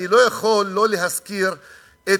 אני לא יכול שלא להזכיר את